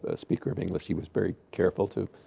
ah speaker of english, he was very careful to,